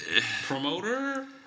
promoter